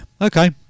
okay